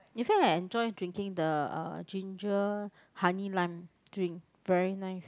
in fact I enjoy drinking the uh ginger honey lime drink very nice